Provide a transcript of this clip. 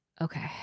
Okay